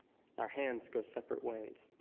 our hands go separate ways.